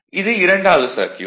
இது இரண்டாவது சர்க்யூட்